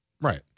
Right